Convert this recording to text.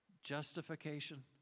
Justification